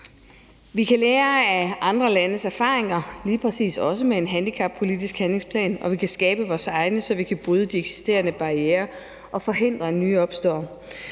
Vi kan lære af af andre landes erfaringer lige præcis også med en handicappolitisk handlingsplan, og vi kan skabe vores egen, så vi kan bryde de eksisterende barrierer og forhindre, at nye opstår.